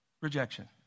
rejection